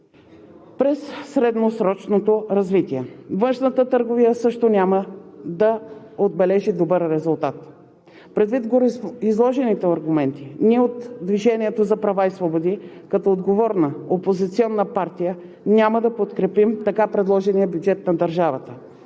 през средносрочното развитие. Външната търговия също няма да отбележи добър резултат. Предвид гореизложените аргументи ние от „Движението за права и свободи“ като отговорна опозиционна партия няма да подкрепим така предложения бюджет на държавата.